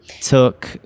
took